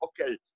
okay